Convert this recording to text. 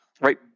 Right